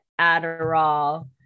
Adderall